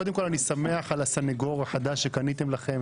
קודם כל אני שמח על הסנגור החדש שקניתם לכם,